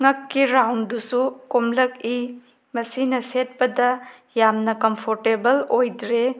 ꯉꯛꯀꯤ ꯔꯥꯎꯟꯗꯨꯁꯨ ꯀꯣꯝꯂꯛꯏ ꯃꯁꯤꯅ ꯁꯦꯠꯄꯗ ꯌꯥꯝꯅ ꯀꯝꯐꯣꯔꯇꯦꯕꯜ ꯑꯣꯏꯗ꯭ꯔꯦ